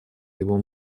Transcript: его